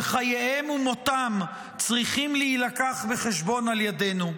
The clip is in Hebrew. שחייהם ומותם צריכים להילקח בחשבון על ידנו.